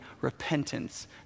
repentance